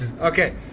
Okay